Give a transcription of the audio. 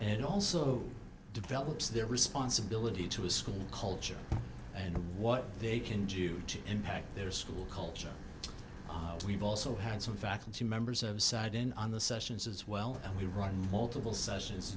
and also develops their responsibility to a school culture and what they can do to impact their school culture we've also had some faculty members of sidon on the sessions as well and we run multiple sessions